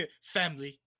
Family